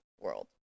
world